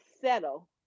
settle